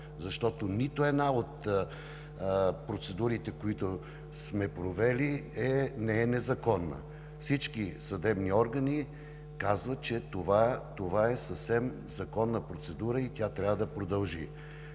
защото нито една от процедурите, които сме провели, не е незаконна. Всички съдебни органи казват, че това е съвсем законна процедура и тя трябва да продължи,